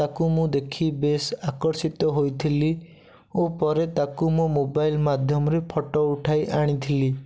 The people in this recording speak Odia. ତାକୁ ମୁଁ ଦେଖି ବେଶ ଆକର୍ଷିତ ହୋଇଥିଲି ଓ ପରେ ତାକୁ ମୋ ମୋବାଇଲ ମାଧ୍ୟମରେ ଫଟୋ ଉଠାଇ ଆଣିଥିଲି